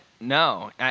no